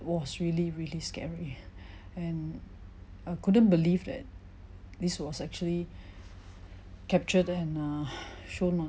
was really really scary and I couldn't believe that this was actually captured and uh shown on